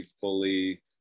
fully